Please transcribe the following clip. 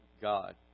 God